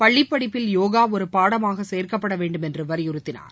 பள்ளிப் படிப்பில் யோகா ஒரு பாடமாக சேர்க்கப்பட வேண்டும் என்று வலியுறுத்தினார்